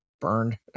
burned